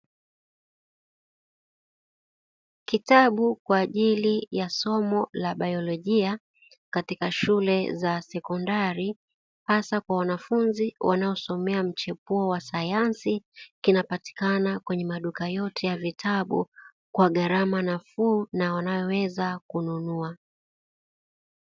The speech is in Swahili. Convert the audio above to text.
Kitabu kwa ajili ya somo la baiolojia katika shule za sekondari, hasa kwa wanafunzi wanaosomea mchepuo wa sayansi, kinapatikana kwenye maduka yote ya vitabu, kwa gharama nafuu na wanayoweza kununua.